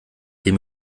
dem